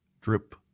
drip